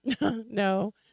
No